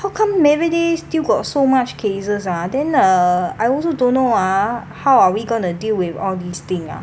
how come everyday still got so much cases ah then uh I also don't know ah how are we gonna deal with all this thing ah